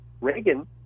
Reagan